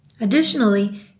Additionally